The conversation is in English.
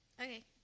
Okay